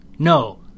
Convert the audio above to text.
No